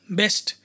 best